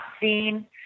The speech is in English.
seen